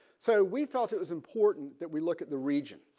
so we felt it was important that we look at the region.